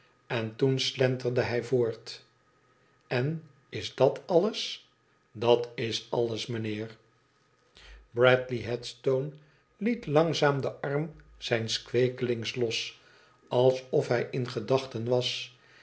en toen slenterde hij voort len is dat alles idat is alles mijnheer bradley headstone liet langzaam den arm zijns kweekelings los alsof hij in gedachten was